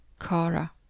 Kara